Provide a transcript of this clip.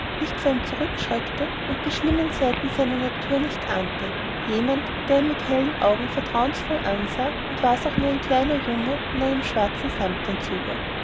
nicht vor ihm zurückschreckte und die schlimmen seiten seiner natur nicht ahnte jemand der ihn mit hellen augen vertrauensvoll ansah und wär's auch nur ein kleiner junge in einem schwarzen